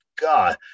God